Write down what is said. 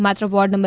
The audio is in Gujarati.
માત્ર વોર્ડ નં